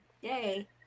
Yay